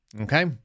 Okay